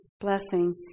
blessing